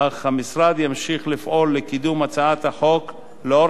אך המשרד ימשיך לפעול לקידום הצעת החוק לאור